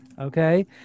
Okay